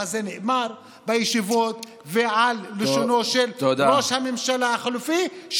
אבל זה נאמר בישיבות ועל לשונו של ראש הממשלה החליפי,